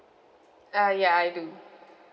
uh ya I do